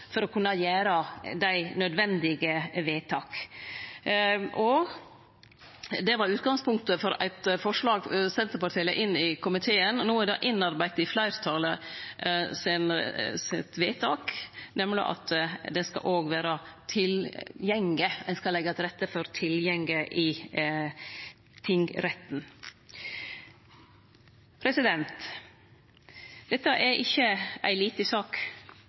for å kunne gjere dei nødvendige vedtaka. Det var utgangspunktet for eit forslag Senterpartiet la inn i komiteen. No er det innarbeidt i fleirtalet sitt vedtak, nemleg at ein skal leggje til rette for tilgjenge i tingretten. Dette er ikkje ei lita sak.